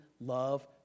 love